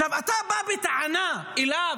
ועכשיו אתה בא בטענה אליו,